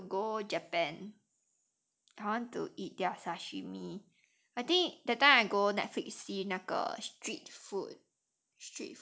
but I want to go japan I want to eat their sashimi that time I go netflix see 那个 street food